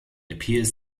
appears